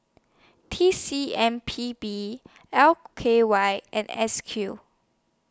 T C M P B L K Y and S Q